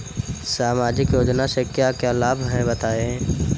सामाजिक योजना से क्या क्या लाभ हैं बताएँ?